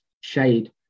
shade